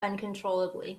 uncontrollably